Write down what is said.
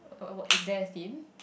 what what is there a theme